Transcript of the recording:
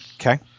Okay